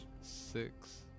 Six